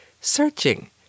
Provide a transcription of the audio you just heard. searching